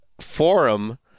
forum